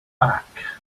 back